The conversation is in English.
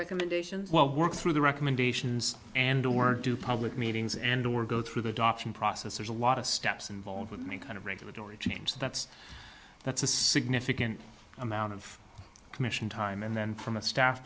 recommendations will work through the recommendations and or do public meetings and or go through the docking process there's a lot of steps involved with any kind of regulatory change that's that's a significant amount of commission time and then from a staff